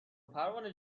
پروانه